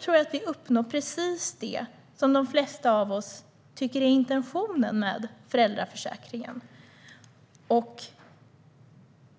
tror jag att vi uppnår precis det som de flesta av oss tycker är intentionen med föräldraförsäkringen.